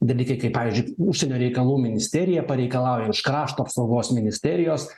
dalykai kaip pavyzdžiui užsienio reikalų ministerija pareikalauja iš krašto apsaugos ministerijos